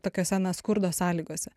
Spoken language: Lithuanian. tokiose na skurdo sąlygose